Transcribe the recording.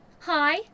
Hi